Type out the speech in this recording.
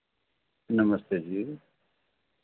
नमस्ते जी